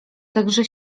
także